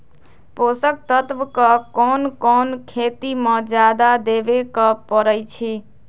पोषक तत्व क कौन कौन खेती म जादा देवे क परईछी?